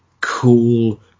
cool